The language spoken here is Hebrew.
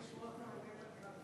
אני רוצה לשמוע את האמת על,